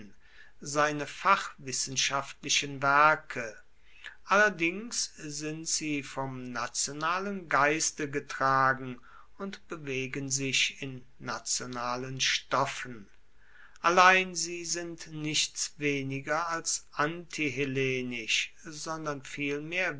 seine fachwissenschaftlichen werke allerdings sind sie vom nationalen geiste getragen und bewegen sich in nationalen stoffen allein sie sind nichts weniger als antihellenisch sondern